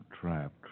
Trapped